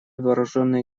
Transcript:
вооруженные